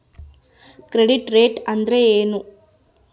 Credit rate ಅಂದರೆ ಏನು?